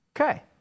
Okay